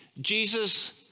Jesus